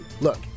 Look